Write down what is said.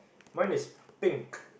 mine is pink